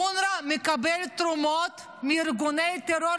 אונר"א מקבל תרומות מארגוני טרור